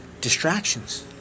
distractions